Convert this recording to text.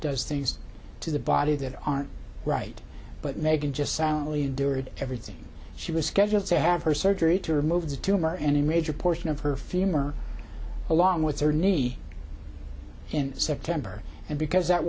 does things to the body that aren't right but meghan just silently endured everything she was scheduled to have her surgery to remove the tumor and a major portion of her femur along with her knee in september and because that